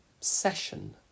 session